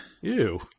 Ew